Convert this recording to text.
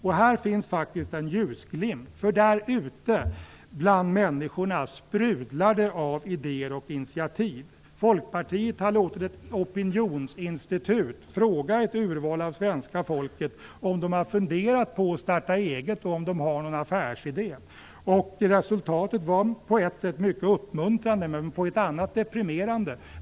Och här finns faktiskt en ljusglimt: Där ute bland människorna sprudlar det av idéer och initiativ. Folkpartiet har låtit ett opinionsinstitut fråga ett urval ur svenska folket om de har funderat på att starta eget och om de har någon affärsidé. Resultatet är på ett sätt mycket uppmuntrande men på ett annat sätt deprimerande.